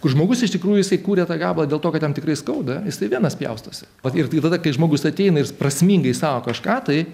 kur žmogus iš tikrųjų jisai kūrė tą gabalą dėl to kad jam tikrai skauda jisai venas pjaustėsi o tada kai žmogus ateina ir prasmingai sako kažką tai